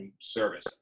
service